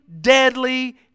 deadly